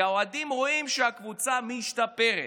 כי האוהדים רואים שהקבוצה משתפרת.